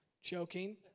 Joking